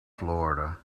florida